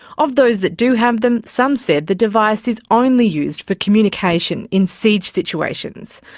of those that do have them, some said the device is only used for communication in siege situations.